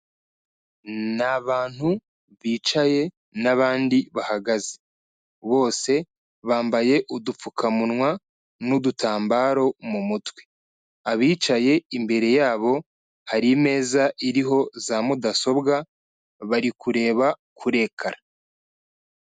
Ni abantu bicaye n'abandi bahagaze bose bambaye udupfukamunwa n'udutambaro mu mutwe, abicaye imbere yabo hari imeza iriho za mudasobwa bari kureba kuri ekara.